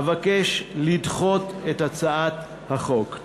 אבקש לדחות את הצעת החוק.